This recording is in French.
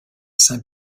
saint